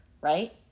right